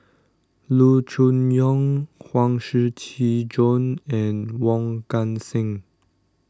Loo Choon Yong Huang Shiqi Joan and Wong Kan Seng